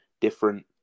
different